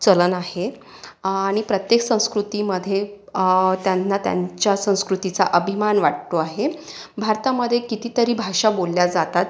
चलन आहे आणि प्रत्येक संस्कृतीमध्ये त्यांना त्यांच्या संस्कृतीचा अभिमान वाटतो आहे भारतामध्ये कितीतरी भाषा बोलल्या जातात